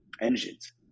engines